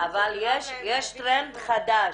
אבל יש טרנד חדש,